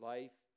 Life